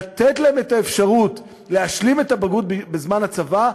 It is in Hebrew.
את האפשרות להשלים את הבגרות בזמן הצבא,